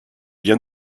bien